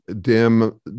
dim